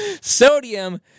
Sodium